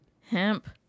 Hemp